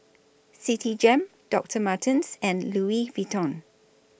Citigem Doctor Martens and Louis Vuitton